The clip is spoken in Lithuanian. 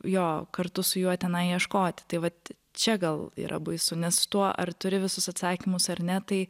jo kartu su juo tenai ieškoti tai vat čia gal yra baisu nes tuo ar turi visus atsakymus ar ne tai